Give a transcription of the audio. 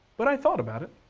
but i thought about it.